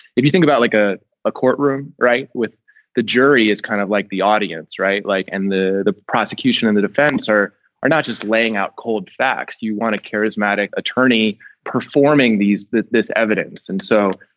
if you think about like ah a courtroom, right. with the jury, it's kind of like the audience. right. like and the the prosecution and the defense are are not just laying out cold facts. you want a charismatic attorney performing these this evidence. and so